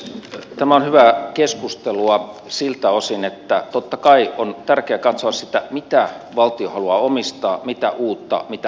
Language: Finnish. tämä on hyvää keskustelua siltä osin että totta kai on tärkeää katsoa sitä mitä valtio haluaa omistaa mitä uutta mitä vanhaa